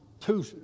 two